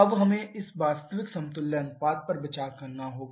अब हमें इस वास्तविक समतुल्य अनुपात पर विचार करना होगा